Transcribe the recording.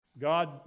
God